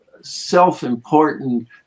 self-important